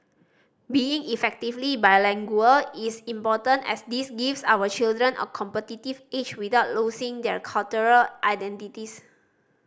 being effectively bilingual is important as this gives our children a competitive edge without losing their cultural identities